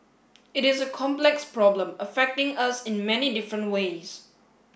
it is a complex problem affecting us in many different ways